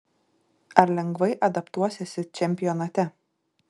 ar lengvai adaptuosiesi čempionate